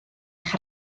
eich